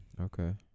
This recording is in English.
Okay